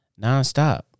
nonstop